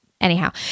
Anyhow